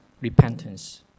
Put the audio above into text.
repentance